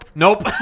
nope